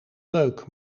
leuk